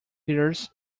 fierce